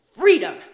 freedom